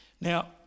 Now